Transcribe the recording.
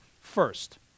first